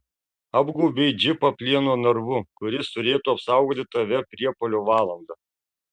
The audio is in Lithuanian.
apgaubei džipą plieno narvu kuris turėtų apsaugoti tave priepuolio valandą